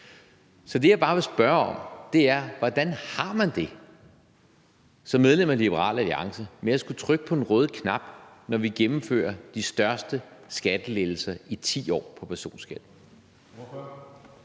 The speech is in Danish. om. Det, jeg bare vil spørge om, er, hvordan har man det som medlem af Liberal Alliance med at skulle trykke på den røde knap, når vi gennemfører de største skattelettelser i 10 år på personskatten?